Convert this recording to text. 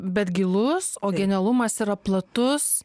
bet gilus o genialumas yra platus